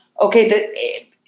okay